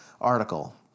article